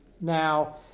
Now